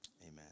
Amen